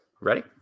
Ready